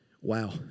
Wow